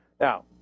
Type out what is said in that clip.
Now